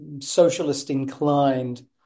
socialist-inclined